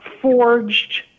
forged